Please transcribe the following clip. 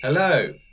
Hello